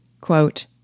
Quote